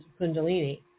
kundalini